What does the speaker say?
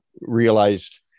realized